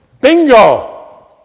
Bingo